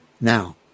Now